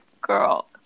Girl